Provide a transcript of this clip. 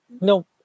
no